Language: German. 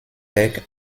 werk